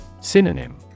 Synonym